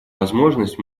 возможность